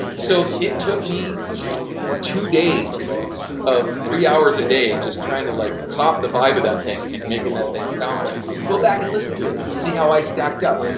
so, it took me two days of three hours a day just trying to like cop the vibe of that thing and making that thing sound right. go back and listen to it, see how i stacked up.